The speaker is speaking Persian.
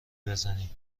بزنی